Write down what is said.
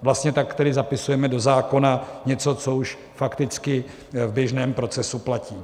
Vlastně tak tedy zapisujeme do zákona něco, co už fakticky v běžném procesu platí.